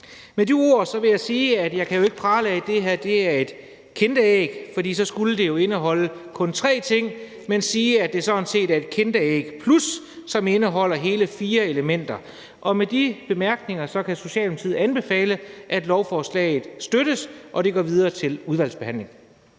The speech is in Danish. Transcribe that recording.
Med de ord vil jeg sige, at jeg jo ikke kan prale af, at det her er et kinderæg, for så skulle det jo kun indeholde tre ting, men at det sådan set er et kinderæg plus, som indeholder hele fire elementer, og med de bemærkninger kan Socialdemokratiet anbefale, at lovforslaget støttes og går videre til udvalgsbehandling.